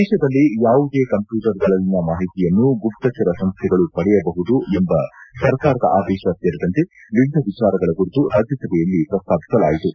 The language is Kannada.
ದೇಶದಲ್ಲಿ ಯಾವುದೇ ಕಂಪ್ಯೂಟರ್ಗಳಲ್ಲಿನ ಮಾಹಿತಿಯನ್ನು ಗುಪ್ತಚರ ಸಂಸ್ಥೆಗಳು ಪಡೆಯಬಹುದು ಎಂಬ ಸರ್ಕಾರದ ಆದೇಶ ಸೇರಿದಂತೆ ವಿವಿಧ ವಿಚಾರಗಳ ಕುರಿತು ರಾಜ್ಯಸಭೆಯಲ್ಲಿ ಪ್ರಸ್ತಾಪಿಸಲಾಯಿತು